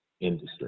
industry